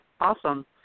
Awesome